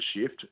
shift